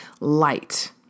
light